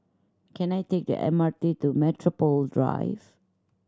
can I take the M R T to Metropole Drive